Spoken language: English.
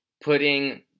putting